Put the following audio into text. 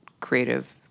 creative